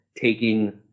taking